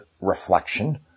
reflection